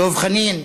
דב חנין,